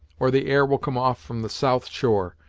or the air will come off from the south shore,